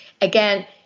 again